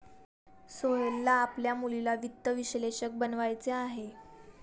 सोहेलला आपल्या मुलीला वित्त विश्लेषक बनवायचे आहे